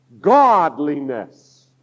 Godliness